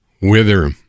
wither